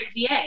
VA